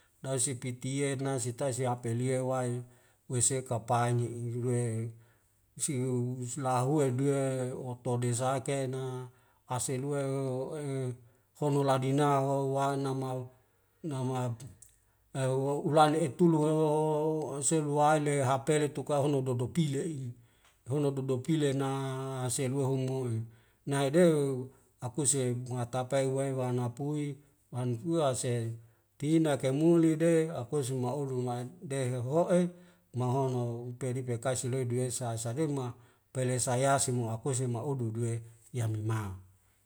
Dai si pitie na sitai siapelia wae wese kapai ni ilu re sius lahuwe biye otodezaekena aselua o e hono ladina o wana mau namau u ulane etulu ra o o selu wae le hapele tukau nononododo gile ile ehu nododo gile na selua humoi nae dew apuse huwatapai wae wana pui wani fua se tinak kamuli de aposu mauru naen deheho'e nahono upede pekai siledo esas saderma pele sayase moa akuse moa adudu e yanima